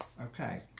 okay